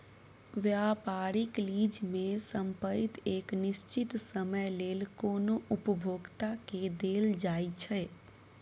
व्यापारिक लीज में संपइत एक निश्चित समय लेल कोनो उपभोक्ता के देल जाइ छइ